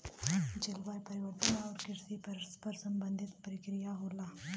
जलवायु परिवर्तन आउर कृषि परस्पर संबंधित प्रक्रिया होला